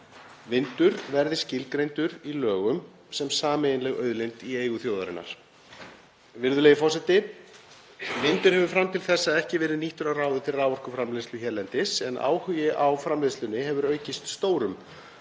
Vindur verði skilgreindur í lögum sem sameiginleg auðlind í eigu þjóðarinnar.“ Virðulegi forseti. Vindur hefur fram til þessa ekki verið nýttur að ráði til raforkuframleiðslu hérlendis en áhugi á framleiðslunni hefur aukist stórum